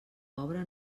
pobre